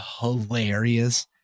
hilarious